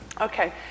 Okay